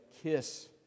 KISS